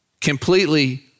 completely